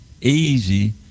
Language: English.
easy